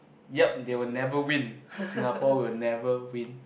ya they will never win Singapore will never win